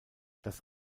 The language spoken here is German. das